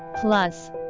Plus